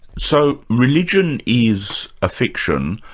so religion is a fiction.